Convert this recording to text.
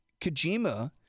Kojima